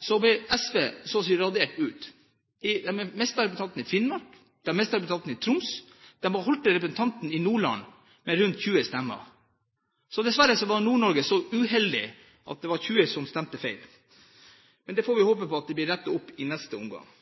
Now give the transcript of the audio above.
sist ble SV så å si radert ut. De mistet representanten sin i Finnmark, de mistet representanten sin i Troms, men de beholdt representanten i Nordland med rundt 20 stemmer. Dessverre var Nord-Norge så uheldig at det var 20 som stemte feil. Det får vi håpe blir rettet opp i neste omgang.